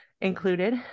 included